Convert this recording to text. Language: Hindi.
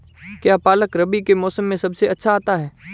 क्या पालक रबी के मौसम में सबसे अच्छा आता है?